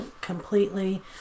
completely